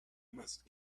must